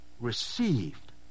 received